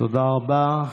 תודה רבה.